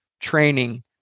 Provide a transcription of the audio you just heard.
training